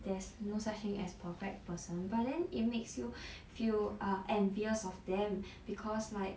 there's no such thing as perfect person but then it makes you feel ah envious of them because like